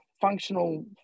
functional